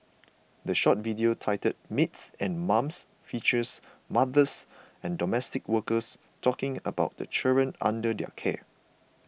the short video titled Maids and Mums features mothers and domestic workers talking about the children under their care